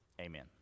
Amen